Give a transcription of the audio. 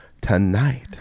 tonight